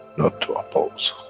not to oppose,